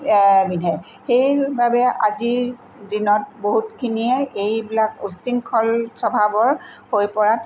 বিন্ধে সেইবাবে আজিৰ দিনত বহুতখিনিয়ে এইবিলাক উচ্ছৃংখল স্বভাৱৰ হৈ পৰাত